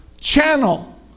channel